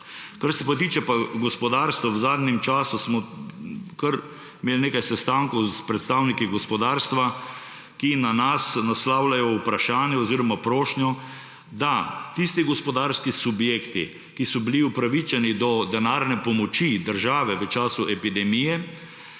Kar se pa tiče gospodarstva, v zadnjem času smo kar imeli nekaj sestankov s predstavniki gospodarstva, ki na nas naslavljajo vprašanje oziroma prošnjo, da tisti, gospodarski subjekti, ki so bili upravičeni do denarne pomoči države v času epidemije,